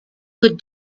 could